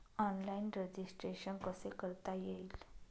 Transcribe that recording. Online registration कसे करता येईल?